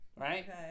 Right